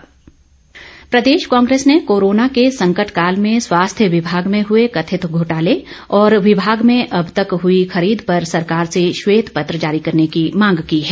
राठौर प्रदेश कांग्रेस ने कोरोना के संकटकाल में स्वास्थ्य विभाग में हुए कथित घोटाले और विभाग में अब तक हुई खरीद पर सरकार से श्वेत पत्र जारी करने की मांग की है